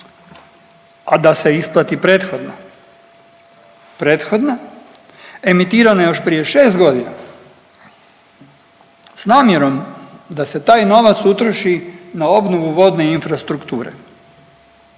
a da se isplati prethodna. Prethodna emitirana još prije 6 godina s namjerom da se taj novac utroši na obnovu vodne infrastrukture.